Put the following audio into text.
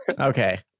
Okay